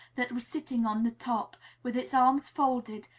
that was sitting on the top, with its arms folded,